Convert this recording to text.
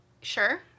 Sure